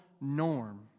norm